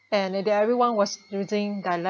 and everyone was using dialect